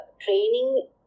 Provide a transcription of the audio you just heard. training